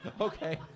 Okay